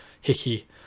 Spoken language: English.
Hickey